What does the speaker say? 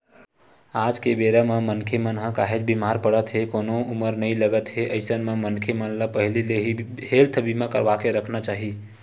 आज के बेरा म मनखे मन ह काहेच बीमार पड़त हे कोनो उमर नइ लगत हे अइसन म मनखे मन ल पहिली ले ही हेल्थ बीमा करवाके रखना चाही